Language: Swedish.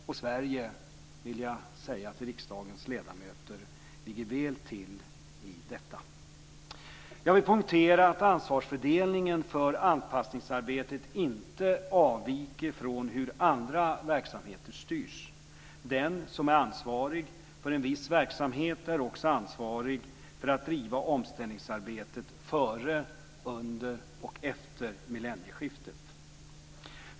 Och jag vill säga till riksdagens ledamöter att Sverige ligger väl till i detta. Jag vill poängtera att ansvarsfördelningen för anpassningsarbetet inte avviker från hur andra verksamheter styrs. Den som är ansvarig för en viss verksamhet är också ansvarig för att driva omställningsarbetet före, under och efter millennieskiftet.